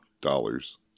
Dollars